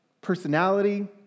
personality